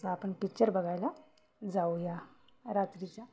असं आपण पिच्चर बघायला जाऊया रात्रीच्या